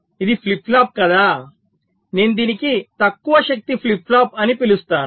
ఇది flip flop కదా నేను దీనిని తక్కువ శక్తి ఫ్లిప్ ఫ్లాప్ అని పిలుస్తాను